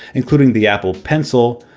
including the apple pencil,